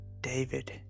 David